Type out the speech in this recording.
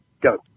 Go